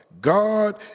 God